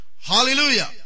hallelujah